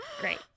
great